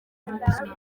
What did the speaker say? n’ubuzima